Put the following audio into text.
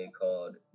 called